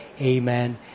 Amen